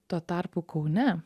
tuo tarpu kaune